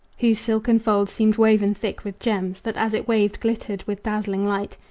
whose silken folds seemed woven thick with gems that as it waved glittered with dazzling light.